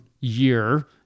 year